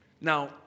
Now